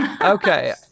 Okay